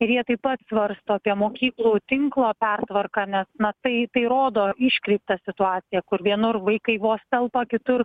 ir jie taip pat svarsto apie mokyklų tinklo pertvarką nes na tai tai rodo iškreiptą situaciją kur vienur vaikai vos telpa kitur